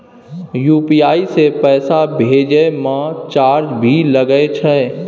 UPI से पैसा भेजै म चार्ज भी लागे छै?